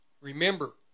remember